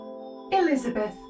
Elizabeth